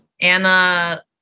Anna